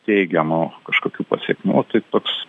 teigiamų kažkokių pasekmių tai toks